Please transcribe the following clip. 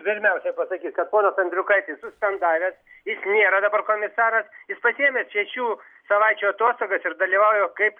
pirmiausiai pasakyt kad ponas andriukaitis suspendavęs jis nėra dabar komisaras jis pasiėmė šešių savaičių atostogas ir dalyvauja kaip